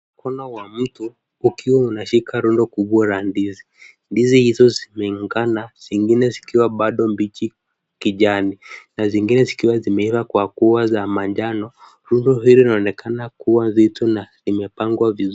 Mkono wa mtu ukiwa umeshika rundo kubwa la ndizi. Ndizi hizo zimeungana, zingine zikiwa bado mbichi kijani na zingine zikiwa zimeiva kwa kuwa za manjano. Rundo hilo linaonekana kuwa zito na limepangwa vizuri.